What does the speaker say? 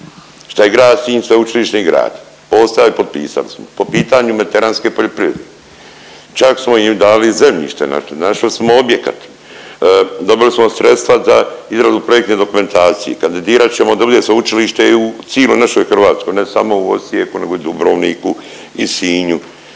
šta je grad Sinj sveučilišni grad. Postao je i potpisali su po pitanju mediteranske poljoprivrede. Čak smo im dali zemljište, našli smo objekat, dobili smo sredstva za izradu projektne dokumentacije. Kandidirat ćemo da bude sveučilište i u ciloj našoj Hrvatskoj ne samo u Osijeku, nego i Dubrovniku i Sinju